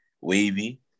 Wavy